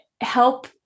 help